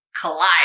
collide